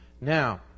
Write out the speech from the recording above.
Now